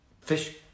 Fish